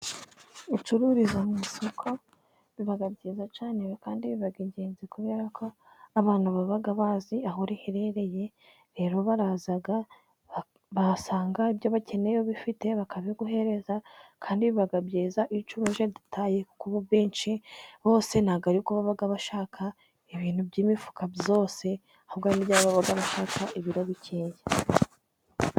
Gucururiza mu isoko biba byiza cyane kandi biba ingenzi ,kubera ko abantu baba bazi aho riherereye, rero baraza bahasanga ibyo bakeneye ubifite bakabiguhereza ,kandi biba byiza iyo ucuruje detaye, kuko benshi bose ntabwo ari ko baba bashaka ibintu by'imifuka yose, ahubwo hari n'igihe baba bashaka ibiro bikeya.